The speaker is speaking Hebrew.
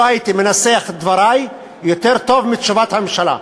אני לא הייתי מנסח את דברי יותר טוב מתשובת הממשלה.